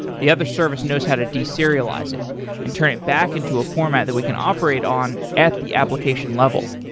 the other service knows how to de-serialize it and turn it back into a format that we can operate on at the application level.